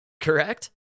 correct